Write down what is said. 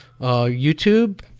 YouTube